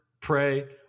pray